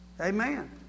Amen